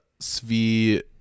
Svi